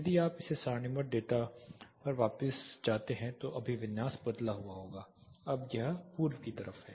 यदि आप इस सारणीबद्ध डेटा पर वापस जाते हैं तो अभिविन्यास बदला हुआ होगा अब यह पूर्व की तरफ है